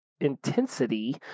intensity